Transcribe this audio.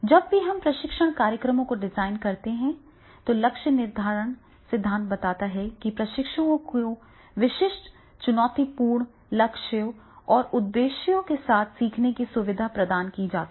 जब भी हम प्रशिक्षण कार्यक्रमों को डिजाइन करते हैं तो लक्ष्य निर्धारण सिद्धांत बताता है कि प्रशिक्षुओं को विशिष्ट चुनौतीपूर्ण लक्ष्यों और उद्देश्यों के साथ सीखने की सुविधा प्रदान की जा सकती है